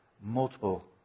multiple